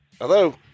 hello